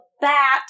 bat